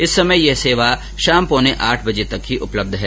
इस समय यह सेवा शाम पौने आठ बजे तक ही उपलब्ध है